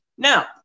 Now